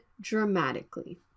dramatically